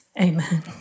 Amen